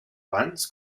abans